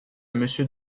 monsieur